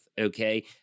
okay